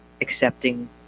accepting